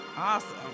Awesome